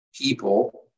people